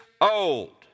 old